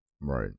Right